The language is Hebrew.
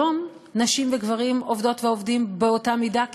היום נשים וגברים עובדות ועובדים כמעט באותה מידה.